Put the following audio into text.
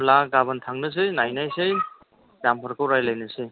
होमब्ला गाबोन थांनोसै नायनायसै दामफोरखौ रायज्लायनोसै